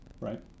right